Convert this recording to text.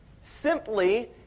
simply